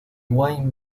wayne